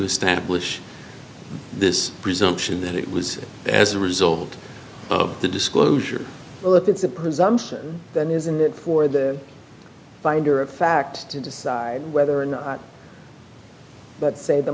establish this presumption that it was as a result of the disclosure well if it's a presumption then isn't it for the finder of fact to decide whether or not but say the